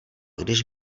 když